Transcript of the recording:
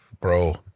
bro